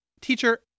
Teacher